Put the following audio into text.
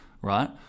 right